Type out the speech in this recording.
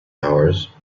hours